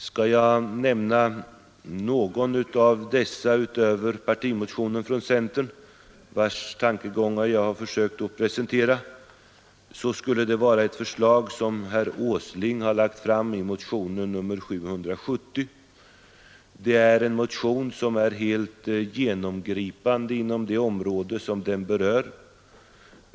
Skall jag nämna något av dessa utöver partimotionen från centern, vilkens tankegångar jag här försökt presentera, skulle det vara det förslag som herr Åsling lagt fram i motionen 770. Det är en motion som är helt genomgripande inom det område som den berör.